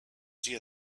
see